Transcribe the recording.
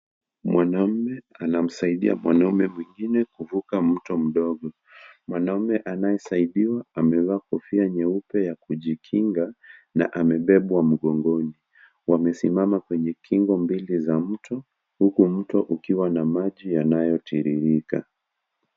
Mwanamume anamsaidia mwanamume mwingine kuvuka mto mdogo. Mwanamume anayesaidiwa amevaa kofia nyeupe ya kujikinga na amebebwa mgongoni. Wamesimama kwenye kingo mbili za mto, huku mto ukiwa na maji yanayotiririka.